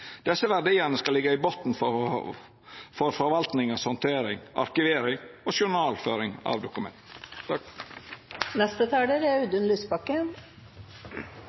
Desse verdiane skal liggja i botn for forvaltninga si handtering, arkivering og journalføring av dokument. I denne saken er